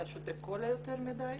אתה שותה קולה יותר מדי.